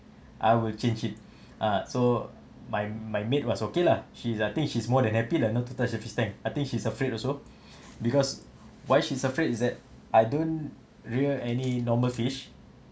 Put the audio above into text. I will change it ah so my my mate was okay lah she I think she's more than happy lah not to touch the fish tank I think she's afraid also because why she's afraid is that I don't rear any normal fish